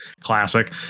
classic